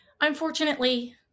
Unfortunately